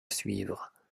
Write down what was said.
suivre